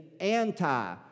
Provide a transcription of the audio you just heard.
anti